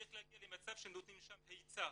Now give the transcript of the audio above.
צריך להגיע למצב שנותנים שם היצע.